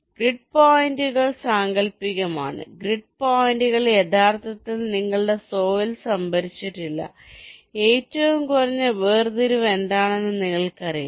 അതിനാൽ ഗ്രിഡ് പോയിന്റുകൾ സാങ്കൽപ്പികമാണ് ഗ്രിഡ് പോയിന്റുകൾ യഥാർത്ഥത്തിൽ നിങ്ങളുടെ സോയിൽ സംഭരിച്ചിട്ടില്ല ഏറ്റവും കുറഞ്ഞ വേർതിരിവ് എന്താണെന്ന് നിങ്ങൾക്കറിയാം